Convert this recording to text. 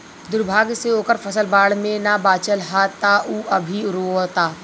दुर्भाग्य से ओकर फसल बाढ़ में ना बाचल ह त उ अभी रोओता